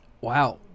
wow